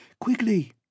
Quickly